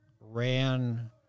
ran